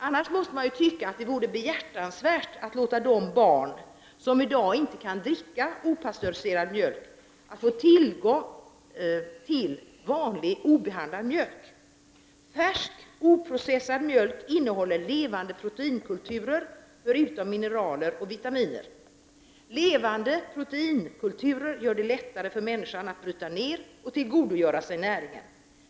Annars måste man tycka att det vore behjärtansvärt att låta de barn som i dag inte kan dricka pastöriserad mjölk få tillgång till vanlig obehandlad mjölk. Färsk, oprocessad mjölk innehåller levande proteinkulturer, förutom mineral och vitaminer. Levande proteinkulturer gör det lättare för människan att bryta ned och tillgodogöra sig näringen.